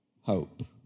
hope